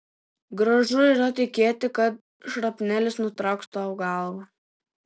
gražu yra tikėti kad šrapnelis nutrauks tau galvą